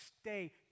stay